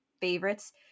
favorites